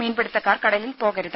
മീൻപിടുത്തക്കാർ കടലിൽ പോകരുത്